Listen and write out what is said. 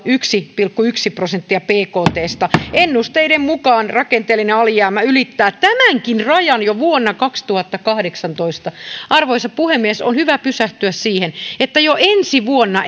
yksi pilkku yksi prosenttia bktstä ennusteiden mukaan rakenteellinen alijäämä ylittää tämänkin rajan jo vuonna kaksituhattakahdeksantoista arvoisa puhemies on hyvä pysähtyä siihen että edes ensi vuonna